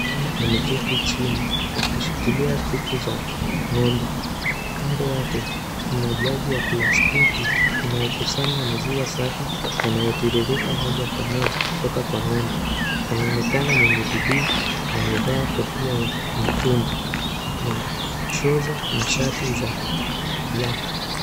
Kijana ameketi chini akimshikilia chuchu za ngombe. Kando yake kuna jagi ya plastiki inayokusanya maziwa safi inayotoririka moja kwa moja kutoka Kwa ngombe. Anaonekana mwenye bidii amevaa kofia ya nyekundu na trosa na shati za (CS)black (CS).